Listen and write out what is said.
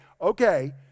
okay